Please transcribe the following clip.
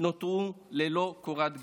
נותרו ללא קורת גג.